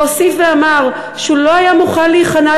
והוסיף ואמר שהוא לא היה מוכן להיכנע